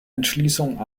entschließung